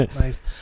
nice